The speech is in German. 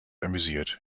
amüsiert